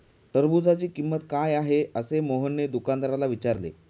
टरबूजाची किंमत काय आहे असे मोहनने दुकानदाराला विचारले?